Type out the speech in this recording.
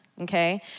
okay